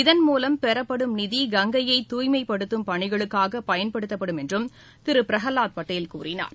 இதன்மூலம் பெறப்படும் நிதி கங்கையை தூய்மைப்படுத்தும் பணிகளுக்காக பயன்படுத்தப்படும் என்றும் திரு பிரகலாத் பட்டேல் கூறினார்